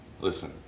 Listen